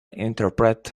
interpret